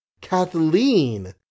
kathleen